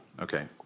okay